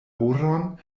oron